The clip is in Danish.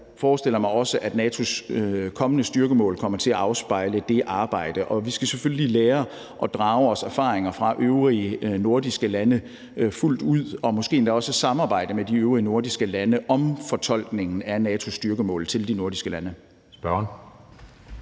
jeg forestiller mig også, at NATO's kommende styrkemål kommer til at afspejle det arbejde. Vi skal selvfølgelig lære af og drage erfaringer fra de øvrige nordiske lande fuldt ud og måske endda også samarbejde med de øvrige nordiske lande om fortolkningen af NATO's styrkemål til de nordiske lande. Kl.